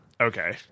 Okay